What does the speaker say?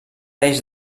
eix